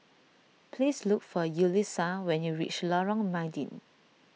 please look for Yulissa when you reach Lorong Mydin